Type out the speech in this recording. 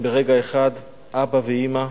ברגע אחד אבא ואמא: